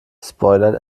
spoilert